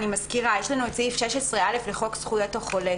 יש לנו את סעיף 16(א) לחוק זכויות החולה